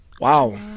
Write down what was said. Wow